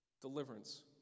Deliverance